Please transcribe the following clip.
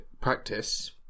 practice